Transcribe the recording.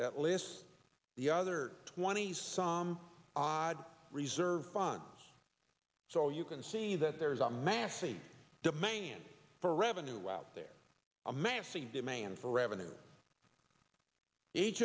that lists the other twenty some odd reserve funds so you can see that there is a massive demand for revenue out there amassing demand for revenues each